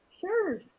Sure